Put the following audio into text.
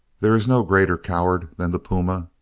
there is no greater coward than the puma.